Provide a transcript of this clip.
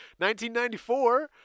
1994